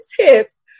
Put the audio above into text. tips